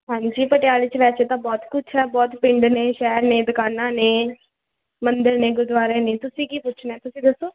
ਹਾਂਜੀ ਪਟਿਆਲੇ 'ਚ ਵੈਸੇ ਤਾਂ ਬਹੁਤ ਕੁਛ ਹੈ ਬਹੁਤ ਪਿੰਡ ਨੇ ਸ਼ਹਿਰ ਨੇ ਦੁਕਾਨਾਂ ਨੇ ਮੰਦਰ ਨੇ ਗੁਰਦੁਆਰੇ ਨੇ ਤੁਸੀਂ ਕੀ ਪੁੱਛਣਾ ਤੁਸੀਂ ਦੱਸੋ